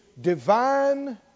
divine